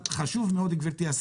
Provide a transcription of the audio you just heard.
חשוב שידעו שכך הדבר וכדאי ליידע את